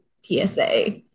TSA